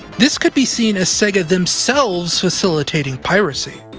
this could be seen as sega themselves facilitating piracy.